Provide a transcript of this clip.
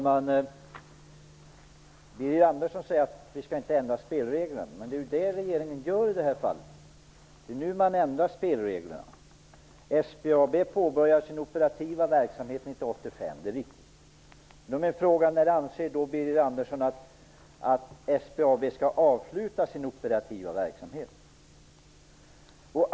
Herr talman! Birger Andersson säger att vi inte skall ändra spelreglerna. Men det är ju det regeringen gör i det här fallet; man vill nu ändra spelreglerna. det är riktigt. Då är min fråga: När anser Birger Andersson då att SBAB skall avsluta sin operativa verksamhet?